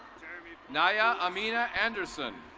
i mean niah amena anderson.